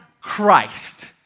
Christ